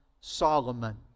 Solomon